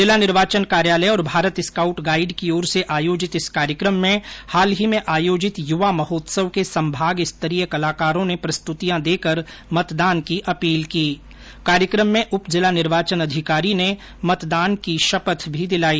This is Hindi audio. जिला निर्वाचन कार्यालय और भारत स्काउट गाइड की ओर से आयोजित इस कार्यक्रम में हाल ही में आयोजित युवा महोत्सव के संभाग स्तरीय कलाकारों ने प्रस्तुतियां देकर मतदान की अपील की कार्यक्रम में उप जिला निर्वाचन अधिकारी ने मतदान की शपथ भी दिलाई